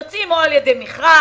יוצאים או על ידי מכרז,